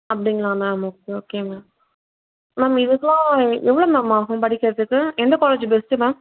அப்படிங்களா ma'am okay okay ma'am ma'am இதுக்குலாம் எவ்வளோ மேம் ஆகும் படிக்கிறதுக்கு எந்த காலேஜ் பெஸ்ட்டு மேம்